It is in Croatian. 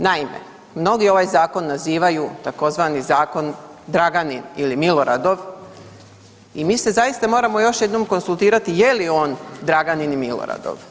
Naime, mnogi ovaj Zakon nazivaju tzv. zakon Draganin ili Miloradov i mi se zaista moramo još jednom konsultirati je li on Draganin ili Miloradov.